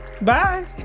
Bye